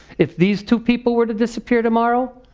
if these two people were to disappear tomorrow,